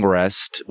rest